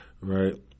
right